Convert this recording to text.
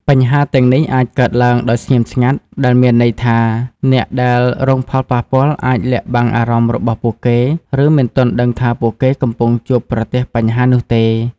បញ្ហាទាំងនេះអាចកើតឡើងដោយស្ងៀមស្ងាត់ ដែលមានន័យថាអ្នកដែលរងផលប៉ះពាល់អាចលាក់បាំងអារម្មណ៍របស់ពួកគេ ឬមិនទាន់ដឹងថាពួកគេកំពុងជួបប្រទះបញ្ហានោះទេ។